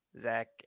zach